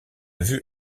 vue